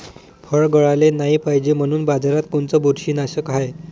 फळं गळाले नाही पायजे म्हनून बाजारात कोनचं बुरशीनाशक हाय?